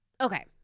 okay